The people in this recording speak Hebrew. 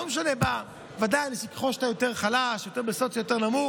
ככל שאתה יותר חלש ובמעמד סוציו יותר נמוך,